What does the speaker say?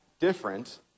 different